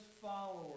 followers